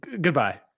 goodbye